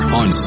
on